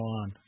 on